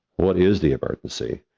what is the emergency?